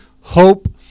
hope